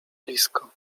blisko